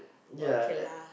ya and